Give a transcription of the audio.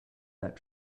that